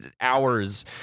hours